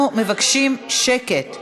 אנחנו מבקשים שקט.